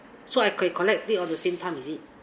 so I can collect it on the same time is it